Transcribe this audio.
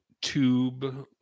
Tube